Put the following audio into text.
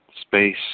space